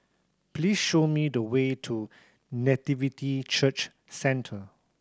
please show me the way to Nativity Church Centre